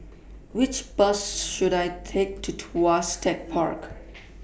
Which Bus should I Take to Tuas Tech Park